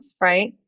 right